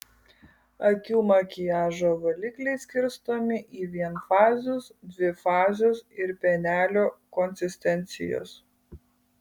akių makiažo valikliai skirstomi į vienfazius dvifazius ir pienelio konsistencijos